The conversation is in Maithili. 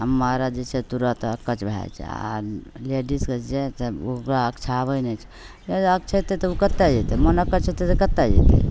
आओर मरद जे छै से तुरन्त अकछ भए जाए छै आओर लेडिसके जे छै ओकरा अकछाबै नहि छै अकछेतै तऽ ओ कतए जएतै मोन अकछ हेतै तऽ कतए जएतै